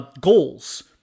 goals